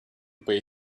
pay